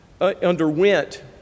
underwent